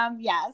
yes